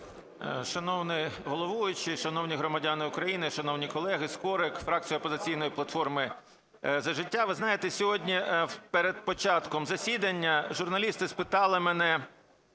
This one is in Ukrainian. Шановний головуючий, шановні громадяни України, шановні колеги! Скорик, фракція "Опозиційної платформи - За життя". Ви знаєте, сьогодні перед початком засідання журналісти спитали мене,